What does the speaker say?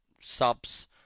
subs